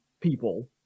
people